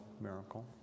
miracle